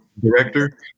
director